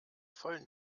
vollen